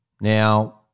Now